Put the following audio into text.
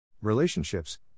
Relationships